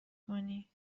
کنی